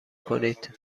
کنید